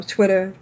Twitter